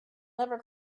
never